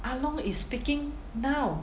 ah long is speaking now